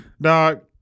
Dog